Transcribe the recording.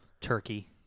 Turkey